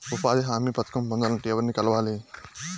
ఉపాధి హామీ పథకం పొందాలంటే ఎవర్ని కలవాలి?